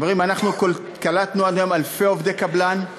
חברים, אנחנו קלטנו עד היום אלפי עובדי קבלן,